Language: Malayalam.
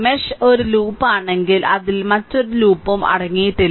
മെഷ് ഒരു ലൂപ്പാണെങ്കിൽ അതിൽ മറ്റൊരു ലൂപ്പും അടങ്ങിയിട്ടില്ല